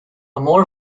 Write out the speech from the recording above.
more